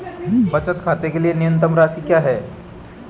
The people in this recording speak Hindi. बचत खाते के लिए न्यूनतम शेष राशि क्या है?